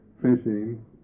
fishing